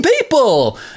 people